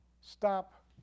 stop